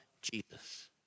Jesus